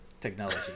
technology